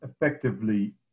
effectively